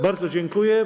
Bardzo dziękuję.